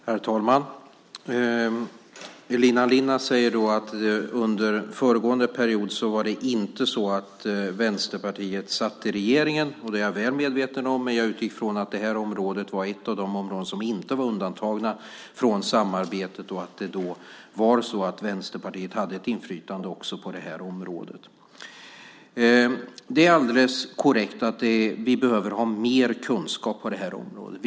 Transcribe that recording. Herr talman! Elina Linna säger att Vänsterpartiet inte satt i regeringen under den förra mandatperioden. Det är jag väl medveten om, men jag utgick ifrån att det här var ett av de områden som inte var undantagna från samarbetet och att Vänsterpartiet hade inflytande också på det här området. Det är helt korrekt att vi behöver ha mer kunskap på det här området.